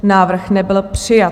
Návrh nebyl přijat.